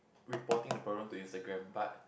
reporting the problem to Instagram but